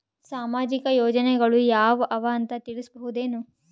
ಸಾಮಾಜಿಕ ಯೋಜನೆಗಳು ಯಾವ ಅವ ಅಂತ ತಿಳಸಬಹುದೇನು?